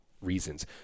reasons